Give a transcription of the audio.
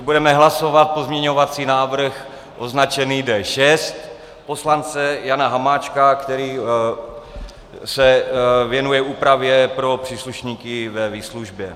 Budeme hlasovat pozměňovací návrh označený D6 poslance Jana Hamáčka, který se věnuje úpravě pro příslušníky ve výslužbě.